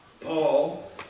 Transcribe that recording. Paul